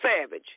Savage